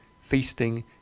feasting